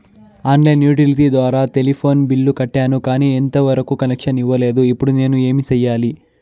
On line utility ద్వారా telephone bill కట్టాను, కానీ ఎంత వరకు కనెక్షన్ ఇవ్వలేదు, ఇప్పుడు నేను ఏమి సెయ్యాలి?